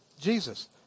Jesus